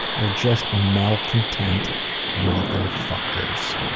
they are just malcontent motherfuckers.